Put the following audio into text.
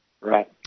Right